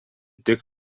tik